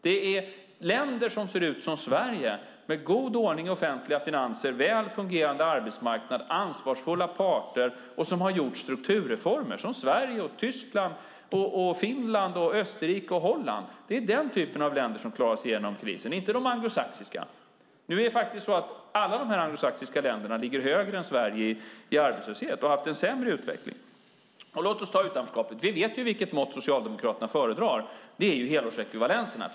Det är länder som ser ut som Sverige, som har god ordning i offentliga finanser, en väl fungerande arbetsmarknad och ansvarsfulla parter och som har gjort strukturreformer - som Tyskland, Finland, Österrike och Holland - som klarar sig igenom krisen, inte de anglosaxiska. Nu är det faktiskt så att alla dessa anglosaxiska länder ligger högre än Sverige i arbetslöshet och har haft en sämre utveckling. Låt oss ta utanförskapet. Vi vet vilket mått Socialdemokraterna föredrar, nämligen helårsekvivalenserna.